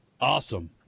awesome